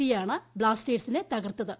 C ്യാണ് ബ്ലാസ്റ്റേഴ്സിനെ തകർത്തത്